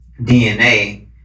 DNA